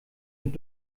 und